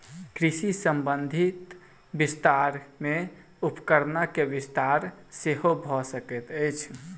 कृषि संबंधी विस्तार मे उपकरणक विस्तार सेहो भ सकैत अछि